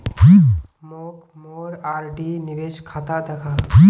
मोक मोर आर.डी निवेश खाता दखा